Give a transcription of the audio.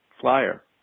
flyer